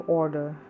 order